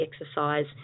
exercise